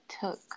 took